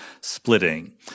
splitting